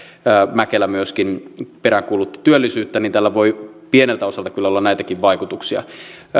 mäkelä myöskin peräänkuulutti työllisyyttä niin tällä voi pieneltä osalta kyllä olla näitäkin vaikutuksia